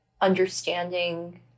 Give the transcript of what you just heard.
understanding